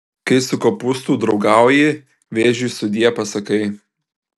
kai su kopūstu draugauji vėžiui sudie pasakai